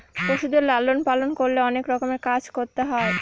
পশুদের লালন পালন করলে অনেক রকমের কাজ করতে হয়